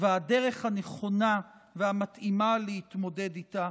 והדרך הנכונה והמתאימה להתמודד איתה,